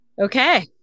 Okay